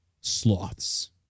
sloths